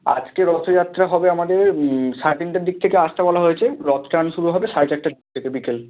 আজকে রথযাত্রা হবে আমাদের সাড়ে তিনটের দিক থেকে আসতে বলা হয়েছে রথ টান শুরু হবে সাড়ে চারটের দিক থেকে বিকেল